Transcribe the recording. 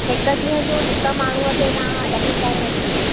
हिक ॾींहं जो हिकु माण्हूंअ ते तव्हां अढाई हज़ार वठंदा